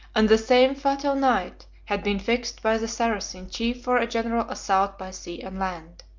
and the same fatal night had been fixed by the saracen chief for a general assault by sea and land.